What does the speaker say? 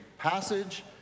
Passage